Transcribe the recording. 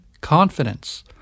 confidence